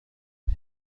ضحك